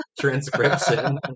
transcription